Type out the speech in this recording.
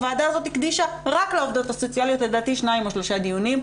הוועדה הזאת הקדישה רק לעובדות הסוציאליות לדעתי שניים או שלושה דיונים.